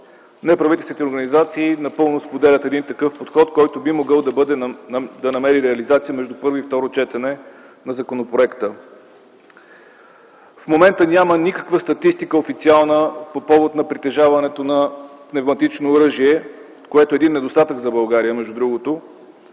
Неправителствените организации напълно споделят един такъв подход, който би могъл да намери реализация между първо и второ четене на законопроекта. В момента няма никаква официална статистика по повод на притежаването на пневматично оръжие, което е недостатък за България, между другото.